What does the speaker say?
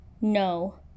no